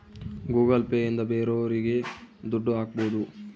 Google Pay ಇಂದ ಬೇರೋರಿಗೆ ದುಡ್ಡು ಹಾಕ್ಬೋದು